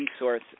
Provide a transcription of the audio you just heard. resource